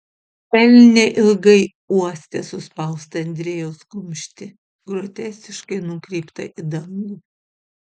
elnė ilgai uostė suspaustą andriejaus kumštį groteskiškai nukreiptą į dangų